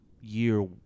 year